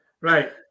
Right